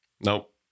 Nope